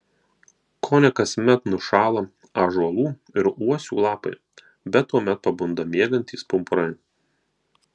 kone kasmet nušąla ąžuolų ir uosių lapai bet tuomet pabunda miegantys pumpurai